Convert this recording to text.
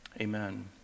Amen